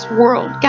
world